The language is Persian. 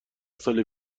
سال